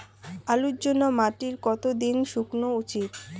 আলুর জন্যে মাটি কতো দিন শুকনো উচিৎ?